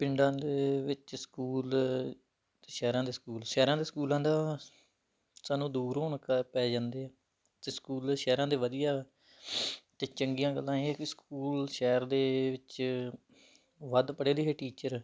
ਪਿੰਡਾਂ ਦੇ ਵਿੱਚ ਸਕੂਲ ਸ਼ਹਿਰਾਂ ਦੇ ਸਕੂਲ ਸ਼ਹਿਰਾਂ ਦੇ ਸਕੂਲਾਂ ਦਾ ਸਾਨੂੰ ਦੂਰ ਹੋਣ ਕਾ ਪੈ ਜਾਂਦੇ ਆ ਅਤੇ ਸਕੂਲ ਸ਼ਹਿਰਾਂ ਦੇ ਵਧੀਆ ਅਤੇ ਚੰਗੀਆਂ ਗੱਲਾਂ ਇਹ ਕਿ ਸਕੂਲ ਸ਼ਹਿਰ ਦੇ ਵਿੱਚ ਵੱਧ ਪੜ੍ਹੇ ਲਿਖੇ ਟੀਚਰ